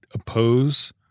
oppose